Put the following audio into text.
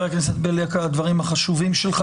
חבר הכנסת בליאק, על הדברים החשובים שלך.